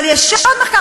אבל יש עוד מחקר,